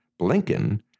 Blinken